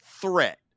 threat